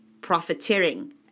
profiteering